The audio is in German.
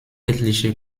etliche